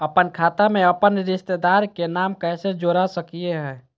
अपन खाता में अपन रिश्तेदार के नाम कैसे जोड़ा सकिए हई?